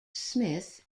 smith